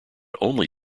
only